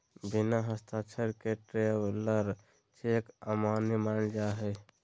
बिना हस्ताक्षर के ट्रैवलर चेक अमान्य मानल जा हय